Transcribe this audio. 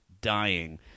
dying